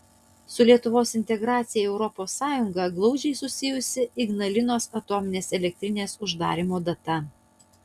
su lietuvos integracija į es glaudžiai susijusi ignalinos atominės elektrinės uždarymo data